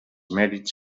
mèrits